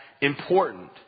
important